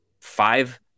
five